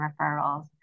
referrals